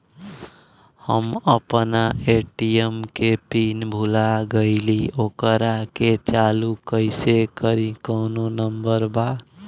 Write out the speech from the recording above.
हम अपना ए.टी.एम के पिन भूला गईली ओकरा के चालू कइसे करी कौनो नंबर बा?